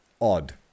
odd